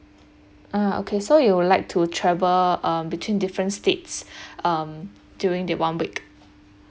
ah okay so you would like to travel um between different states um during the one week